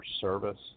service